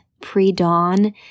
pre-dawn